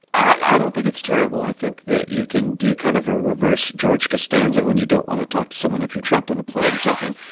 i don't think it's terrible. i think that you can do kind of a reverse george costanza when you don't want to talk to someone if you're trapped on a plane or something.